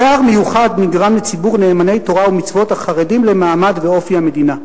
"צער מיוחד נגרם לציבור נאמני תורה ומצוות החרדים למעמד ואופי המדינה,